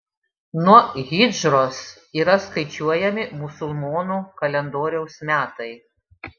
nuo hidžros yra skaičiuojami musulmonų kalendoriaus metai